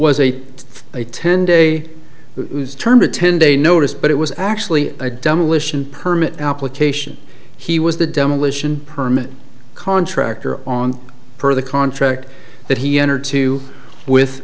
eight a ten day term a ten day notice but it was actually a demolition permit application he was the demolition permit contractor on per the contract that he entered to with